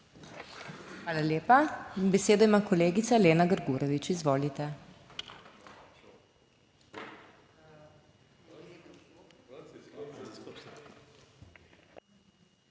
Hvala lepa. Besedo ima kolegica Lena Grgurevič, izvolite.